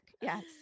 Yes